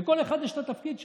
לכל אחד יש תפקיד משלו.